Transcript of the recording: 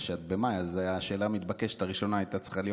אז השאלה המתבקשת הראשונה הייתה צריכה להיות: מתי במאי?